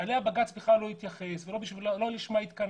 ואליה בג"ץ כלל לא התייחס ולא לשמה התכנסנו,